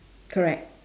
correct